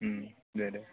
दे दे